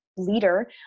Leader